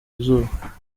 izuba